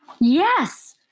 Yes